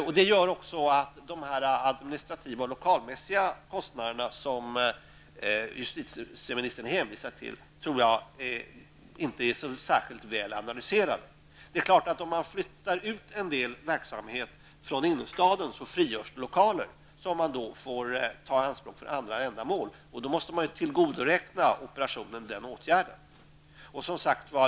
Jag tror därför att de administrativa och lokalmässiga kostnader som justitieministern hänvisar till inte är så särskilt väl analyserade. Om man flyttar ut en del verksamhet från innerstaden frigörs naturligtvis lokaler, som man då kan ta i anspråk för andra ändamål, och då måste man tillgodoräkna operationen den åtgärden.